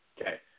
Okay